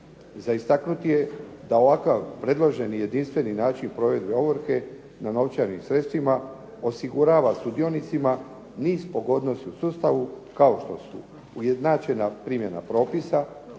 Za istaknuti je da ovakav jedinstveni i predloženi način provedbe ovrhe na novčanim sredstvima osigurava sudionicima niz pogodnosti u sustavu kao što su ujednačena primjena propisa,